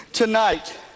Tonight